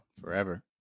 Forever